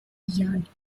yard